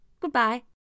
Goodbye